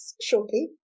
shortly